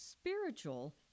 Spiritual